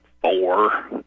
four